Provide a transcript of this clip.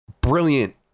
brilliant